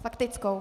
Faktickou.